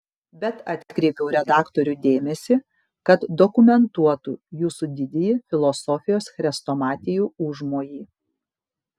bet atkreipiau redaktorių dėmesį kad dokumentuotų jūsų didįjį filosofijos chrestomatijų užmojį